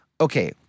Okay